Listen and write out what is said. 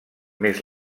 més